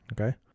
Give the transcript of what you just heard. Okay